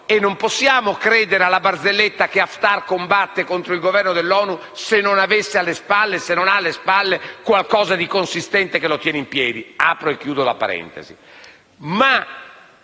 e non possiamo credere alla barzelletta che Haftar combatte contro il governo dell'ONU se non ha alle spalle qualcosa di consistente che lo tiene in piedi (apro e chiudo la parentesi).